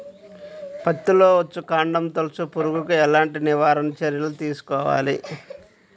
పత్తిలో వచ్చుకాండం తొలుచు పురుగుకి ఎలాంటి నివారణ చర్యలు తీసుకోవాలి?